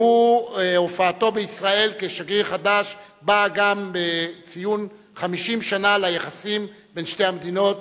והופעתו בישראל כשגריר חדש באה גם בציון 50 שנה ליחסים בין שתי המדינות.